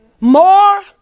More